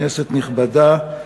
כנסת נכבדה,